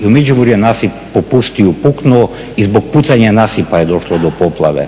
I u Međimurju je nasip popustio i puknuo i zbog pucanja nasipa je došlo do poplave.